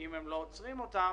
ואני מבקשת מכם גם להצטרף אליה.